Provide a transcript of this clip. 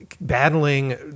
battling